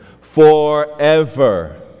forever